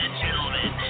gentlemen